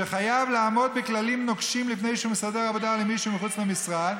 שחייב לעמוד בכללים נוקשים לפני שהוא מסדר עבודה למישהו מחוץ למשרד,